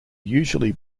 usually